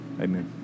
Amen